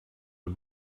are